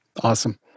Awesome